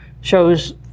shows